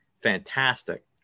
fantastic